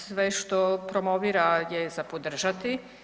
Sve što promovira je za podržati.